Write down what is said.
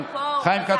אבל חיים כץ,